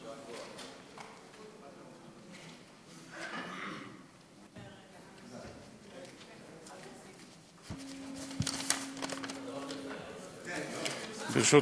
ברשות